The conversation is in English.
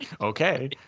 okay